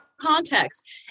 context